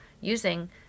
using